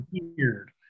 weird